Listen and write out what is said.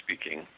speaking